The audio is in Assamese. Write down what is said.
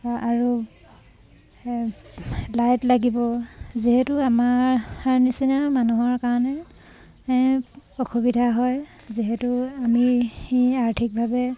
আৰু লাইট লাগিব যিহেতু আমাৰ নিচিনা মানুহৰ কাৰণে অসুবিধা হয় যিহেতু আমি আৰ্থিকভাৱে